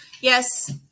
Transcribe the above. yes